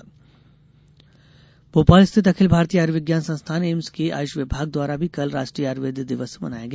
आयुर्वेद दिवस भोपाल स्थित अखिल भारतीय आयुर्विज्ञान संस्थान एम्स के आयुष विभाग द्वारा भी कल राष्ट्रीय आयुर्वेद दिवस मनाया गया